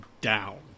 down